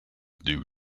due